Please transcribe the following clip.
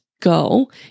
go